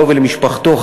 לו ולמשפחתו,